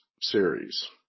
series